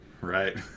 Right